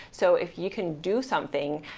so if you can do something.